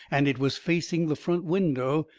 and it was facing the front window,